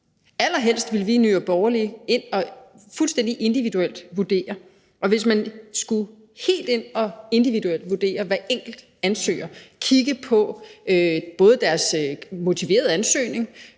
Allerhelst ville vi i Nye Borgerlige ind og fuldstændig individuelt vurdere, og hvis man skulle helt ind og vurdere hver enkelt ansøger individuelt, kigge på både deres motiverede ansøgning,